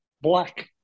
black